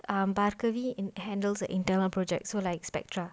um barkavi handles the internal project so like spectra